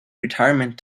retirement